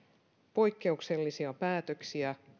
poikkeuksellisia päätöksiä